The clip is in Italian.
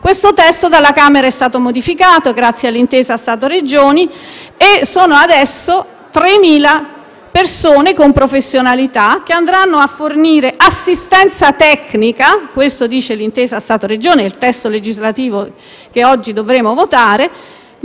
Camera è stata apportata una modifica grazie all'intesa Stato-Regioni, e sono diventate 3.000 le persone con professionalità che andranno a fornire assistenza tecnica - questo dice l'intesa Stato-Regioni e il testo legislativo che oggi dovremo votare